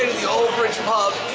the ole bridge pub